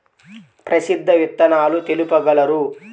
ప్రసిద్ధ విత్తనాలు తెలుపగలరు?